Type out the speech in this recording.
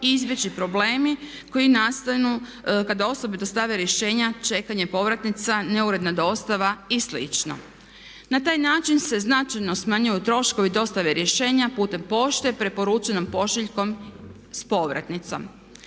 izbjeći problemi koji nastanu kada osobe dostave rješenja čekanjem povratnica, neuredna dostava i slično. Na taj način se značajno smanjuju troškovi dostave rješenja putem pošte, preporučenom pošiljkom s povratnicom.